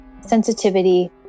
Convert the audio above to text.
sensitivity